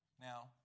Now